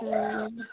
ہاں